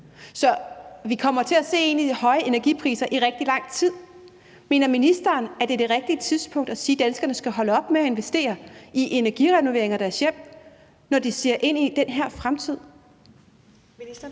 Så vi kommer til at se ind i de høje energipriser i rigtig lang tid. Mener ministeren, at det er det rigtige tidspunkt at sige, at danskerne skal holde op med at investere i energirenoveringer af deres hjem, når de ser ind i den her fremtid?